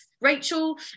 Rachel